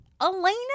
elena